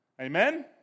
Amen